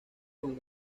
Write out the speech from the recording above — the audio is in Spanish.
con